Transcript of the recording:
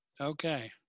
Okay